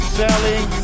selling